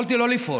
יכולתי לא לפעול,